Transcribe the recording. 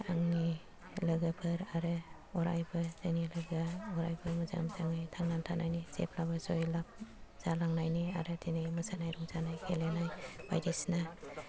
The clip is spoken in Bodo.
आंनि लोगोफोर आरो अरायबो जोंनि लोगोया अरायबो मोजाङै थांनानै थानायनि जेब्लाबो जयलाभ जालांनायनि आरो दिनै मोसानाय रंजानाय गेलेनाय बायदिसिना